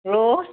rose